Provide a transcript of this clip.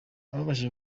ababashije